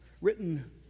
written